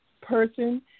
person